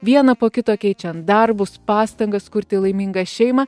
vieną po kito keičiant darbus pastangas kurti laimingą šeimą